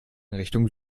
richtung